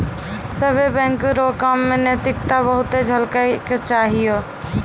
सभ्भे बैंक रो काम मे नैतिकता बहुते झलकै के चाहियो